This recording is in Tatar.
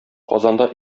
казанда